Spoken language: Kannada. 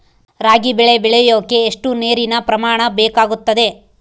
ರಾಗಿ ಬೆಳೆ ಬೆಳೆಯೋಕೆ ಎಷ್ಟು ನೇರಿನ ಪ್ರಮಾಣ ಬೇಕಾಗುತ್ತದೆ?